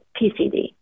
PCD